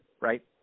right